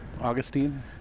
Augustine